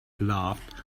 laughed